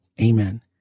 Amen